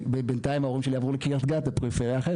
ובינתיים ההורים שלי עברו לקריית גת לפריפריה אחרת.